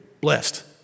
Blessed